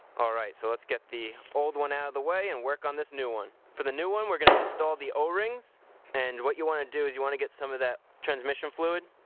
all right. so let's get the old one out of the way and work on this new one. for the new one, we're going to install the o-rings and what you want to do is you want to get some of that transmission fluid,